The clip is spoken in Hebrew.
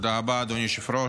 תודה רבה, אדוני היושב-ראש.